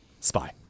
spy